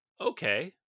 okay